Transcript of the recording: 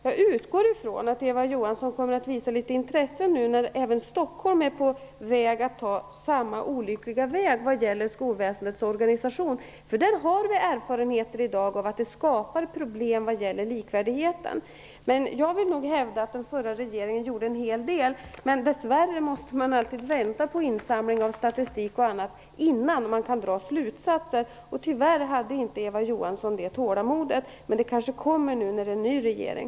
Jag utgår från att Eva Johansson kommer att visa något intresse nu när även Stockholm är på väg att gå samma olyckliga väg vad gäller skolväsendets organisation. Vi har i dag erfarenheter av att det skapar problem vad gäller likvärdigheten. Jag hävdar att den förra regeringen gjorde en hel del. Dess värre måste man alltid vänta på en insamling av statistik och annat innan man kan dra slutsatser. Tyvärr hade inte Eva Johansson det tålamodet, men det kanske kommer nu när det är en ny regering.